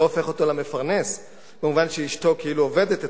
הופך אותו למפרנס במובן שאשתו כאילו עובדת אצלו.